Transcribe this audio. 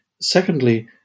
Secondly